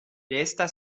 esta